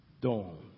dawn